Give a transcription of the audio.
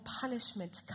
punishment